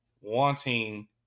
wanting